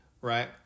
right